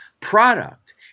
product